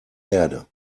erde